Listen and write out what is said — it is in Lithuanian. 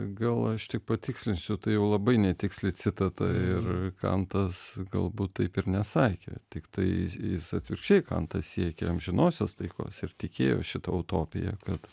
gal aš tik patikslinsiu tai jau labai netiksli citata ir kantas galbūt taip ir nesakė tik tai jis atvirkščiai kantas siekė amžinosios taikos ir tikėjo šita utopija kad